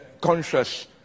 conscious